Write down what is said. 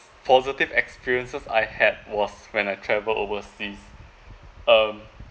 positive experiences I had was when I travelled overseas um